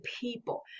people